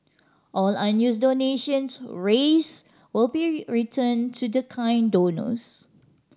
all unused donations raised will be returned to the kind donors